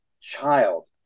child